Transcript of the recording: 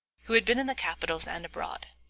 who had been in the capitals and abroad.